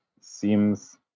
seems